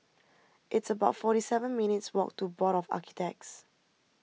it's about forty seven minutes' walk to Board of Architects